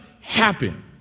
happen